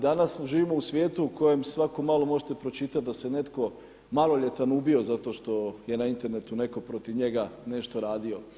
Danas živimo u svijetu u kojem svako malo možete pročitati da se netko maloljetan ubio zato što je netko na internetu netko protiv njega nešto radio.